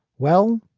well,